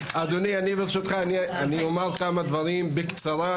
אדוני, אני ברשותך אומר כמה דברים בקצרה.